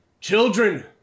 children